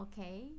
Okay